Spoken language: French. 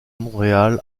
montréal